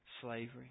slavery